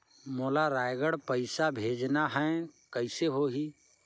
मोला रायगढ़ पइसा भेजना हैं, कइसे होही?